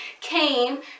came